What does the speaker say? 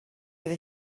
with